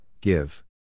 give